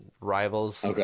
rivals